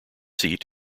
seat